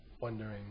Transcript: Wondering